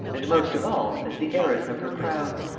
and most of all as the heiress of her crown.